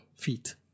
feet